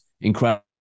incredible